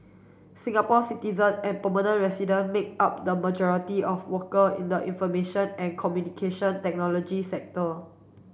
Singapore citizen and permanent resident make up the majority of worker in the information and communication technology sector